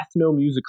ethnomusicology